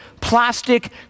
plastic